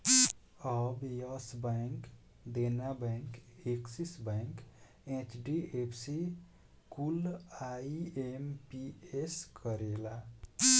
अब Yes bank, Dena bank, Axis bank, HDFC कुल IMPS करेला